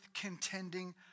contending